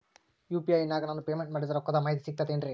UPI ನಾಗ ನಾನು payment ಮಾಡಿದ ರೊಕ್ಕದ ಮಾಹಿತಿ ಸಿಕ್ತಾತೇನ್ರೀ?